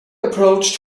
approached